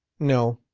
no,